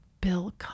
Bill